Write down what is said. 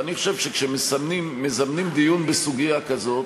ואני חושב שכאשר מזמנים דיון בסוגיה כזאת,